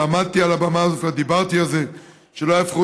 ועמדתי כבר על הבמה הזאת וכבר דיברתי על זה שלא יהפכו